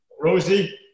Rosie